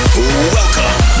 Welcome